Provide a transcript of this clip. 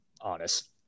honest